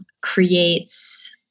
creates